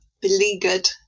beleaguered